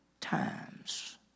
times